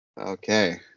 Okay